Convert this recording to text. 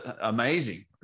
amazing